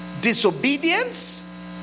disobedience